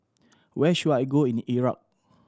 where should I go in Iraq